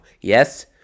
Yes